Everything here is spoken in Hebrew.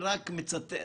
זה נכון שדיברתי עם עודד,